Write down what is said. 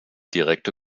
direkte